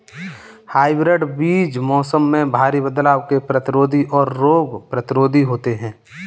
hybrid बीज मौसम में भारी बदलाव के प्रतिरोधी और रोग प्रतिरोधी होते हैं